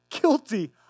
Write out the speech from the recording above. Guilty